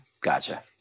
gotcha